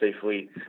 safely